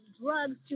drugs